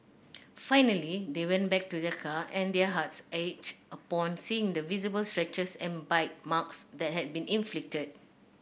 finally they went back to their car and their hearts ached upon seeing the visible scratches and bite marks that had been inflicted